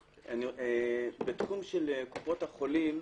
בתחום של קופות החולים,